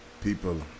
People